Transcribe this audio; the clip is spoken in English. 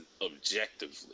objectively